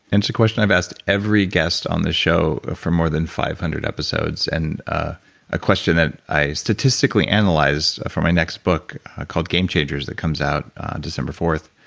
and it's a question i've asked every guest on the show for more than five hundred episodes and ah a question that i statistically analyzed for my next book called game changers that comes out december fourth.